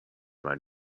right